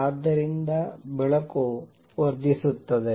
ಆದ್ದರಿಂದ ಬೆಳಕು ವರ್ಧಿಸುತ್ತದೆ